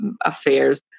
affairs